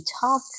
talk